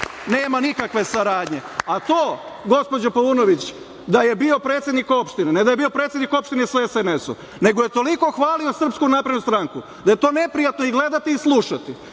nema nikakve saradnje. A to, gospođo Paunović, da je bio predsednik opštine, ne da je bio predsednik opštine sa SNS nego je toliko hvalio SNS da je to neprijatno gledati i slušati